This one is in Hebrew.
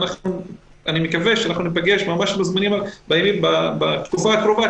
אני מקווה שאנחנו ניפגש ממש בתקופה הקרובה,